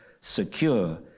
secure